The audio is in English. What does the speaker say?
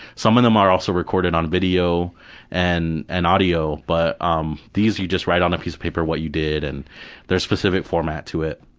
some of them are also recorded on video and and audio, but um these you just write on a piece of paper what you did. and there's a specific format to it.